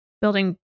building